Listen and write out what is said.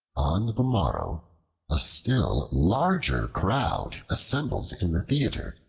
on the morrow a still larger crowd assembled in the theater,